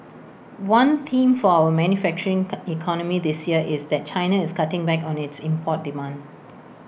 one theme for our manufacturing economy this year is that China is cutting back on its import demand